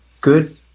good